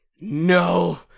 No